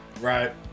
Right